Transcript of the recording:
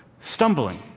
stumbling